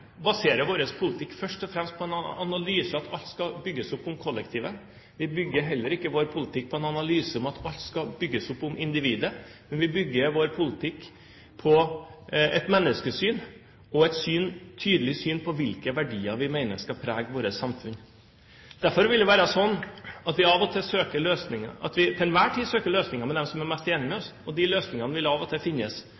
baserer sin politikk først og fremst på analyser om at alt skal bygges opp om kollektivet. Vi bygger heller ikke vår politikk på en analyse om at alt skal bygges opp om individet. Men vi bygger vår politikk på et menneskesyn og et tydelig syn på hvilke verdier vi mener skal prege vårt samfunn. Derfor vil det være sånn at vi til enhver tid søker